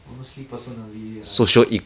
honestly personally I